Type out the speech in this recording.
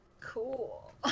Cool